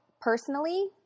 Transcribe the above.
personally